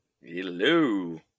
Hello